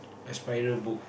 a spiral book